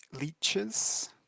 leeches